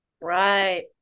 right